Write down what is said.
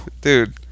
dude